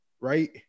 Right